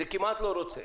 זה כמעט לא רוצה.